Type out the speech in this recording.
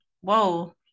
Whoa